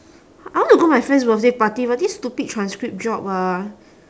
I want to go my friend's birthday party but this stupid transcript job ah